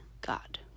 God